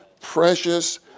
precious